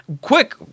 Quick